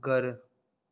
घरु